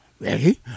Ready